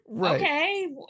okay